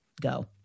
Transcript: go